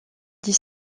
dix